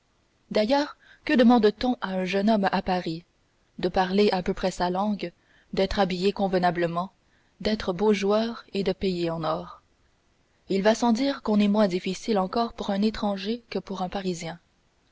d'ailleurs que demande t on à un jeune homme à paris de parler à peu près sa langue d'être habillé convenablement d'être beau joueur et de payer en or il va sans dire qu'on est moins difficile encore pour un étranger que pour un parisien